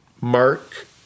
Mark